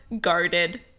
guarded